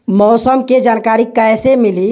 मौसम के जानकारी कैसे मिली?